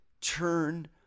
turn